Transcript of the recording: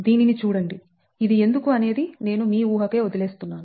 దీనిని చూడండి ఇది ఎందుకు అనేది నేను మీ ఊహకే వదిలేస్తున్నాను